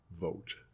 vote